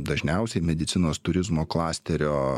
dažniausiai medicinos turizmo klasterio